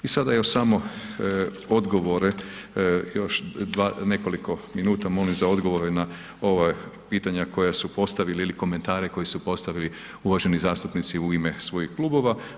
I sada još samo odgovore još nekoliko minuta molim za odgovore na ova pitanja koja su postavili ili komentare koje su postavili uvaženi zastupnici u ime svojih klubova.